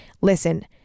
Listen